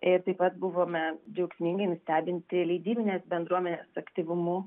ir taip pat buvome džiaugsmingai nustebinti leidybinės bendruomenės aktyvumu